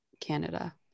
Canada